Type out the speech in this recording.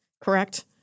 correct